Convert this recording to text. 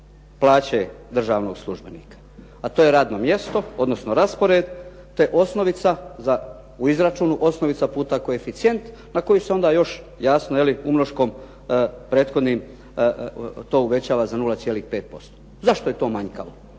plaće državnog službenika, a to je radno mjesto, odnosno raspored te osnovica u izračunu, osnovica puta koeficijent na koji se onda još jasno umnoškom prethodnim to uvećava za 0,5%. Zašto je to manjkavo?